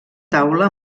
taula